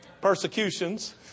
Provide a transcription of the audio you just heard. persecutions